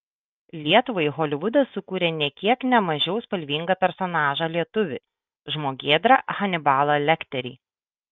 lietuvai holivudas sukūrė nė kiek ne mažiau spalvingą personažą lietuvį žmogėdrą hanibalą lekterį